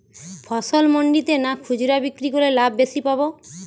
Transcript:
ফসল মন্ডিতে না খুচরা বিক্রি করলে লাভ বেশি পাব?